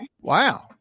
Wow